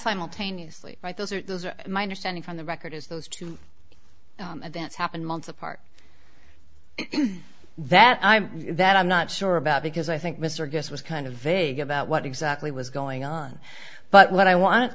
simultaneously right those are those are my understanding from the record as those two events happened months apart that i'm that i'm not sure about because i think mr guest was kind of vague about what exactly was going on but what i want